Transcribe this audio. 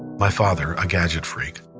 my father, a gadget freak,